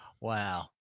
Wow